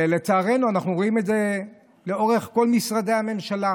לצערנו אנחנו רואים את זה לאורך כל משרדי הממשלה.